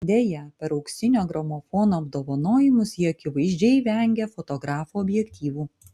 deja per auksinio gramofono apdovanojimus ji akivaizdžiai vengė fotografų objektyvų